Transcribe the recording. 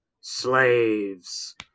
Slaves